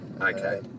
Okay